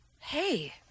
Hey